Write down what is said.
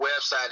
website